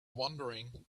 wondering